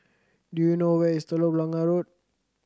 do you know where is Telok Blangah Road